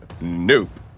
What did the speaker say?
nope